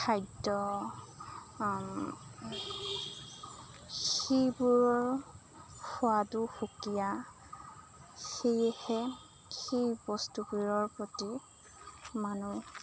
খাদ্য সেইবোৰৰ সোৱাদো সুকীয়া সেয়েহে সেই বস্তুবোৰৰ প্ৰতি মানুহ